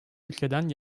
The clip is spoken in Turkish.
ülkeden